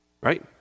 Right